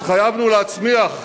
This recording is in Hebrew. התחייבנו להצמיח,